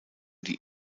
die